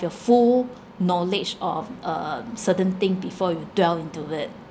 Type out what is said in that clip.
the full knowledge of um certain thing before you dwell into it